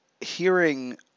hearing